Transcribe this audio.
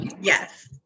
Yes